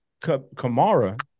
Kamara